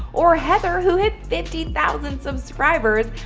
or heather, who had fifteen thousand subscribers,